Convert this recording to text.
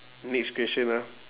next question ah